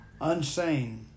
unsane